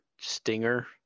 stinger